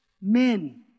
men